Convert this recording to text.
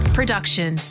Production